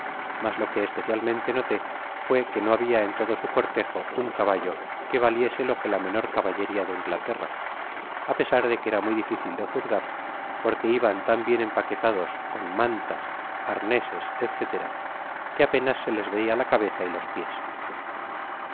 mas lo que especialmente noté fué que no habia en todo su cortejo m caballo que valiese b que la menor caballería de inglaterra á pesar de que era muy difícil de juzgar porque iban tan bien empaquetados con mantas arneseí etc que apenas se les veia ta cabeza y los pies